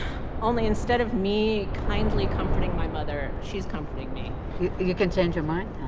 only instead of me kindly comforting my mother, she's comforting me you can change your mind,